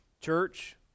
church